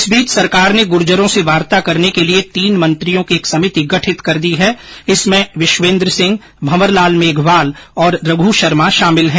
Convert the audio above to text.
इस बीच सरकार ने गुर्जरों से वार्ता करने के लिये तीन मंत्रियों की एक समिति गठित कर दी है इसमें विश्वेन्द्र सिंह भंवर लाल मेघवाल और रघु शर्मा शामिल है